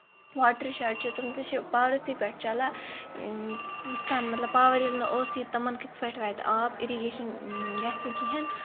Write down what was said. water shed چھِ تِم تہِ چھِ پاورَسٕے پٮ۪ٹھ چلان یِتھۍ کٔنۍ پاور ییٚلہِ نہٕ اوسُے تِمن کِتھ پٲٹھۍ واتہِ آب اِرگیشن گژھنہٕ کِہینۍ